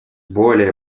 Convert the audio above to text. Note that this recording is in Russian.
более